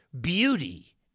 beauty